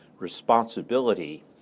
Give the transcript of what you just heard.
responsibility